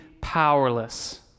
powerless